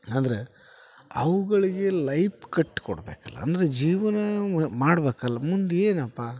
ಆದರೆ ಅವುಗಳಿಗೆ ಲೈಫ್ ಕಟ್ಟಿಕೊಡ್ಬೇಕಲ್ಲ ಅಂದರೆ ಜೀವನ ಮಾಡ್ಬೇಕಲ್ಲ ಮುಂದೆ ಏನಪ್ಪ